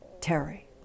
Terry